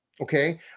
okay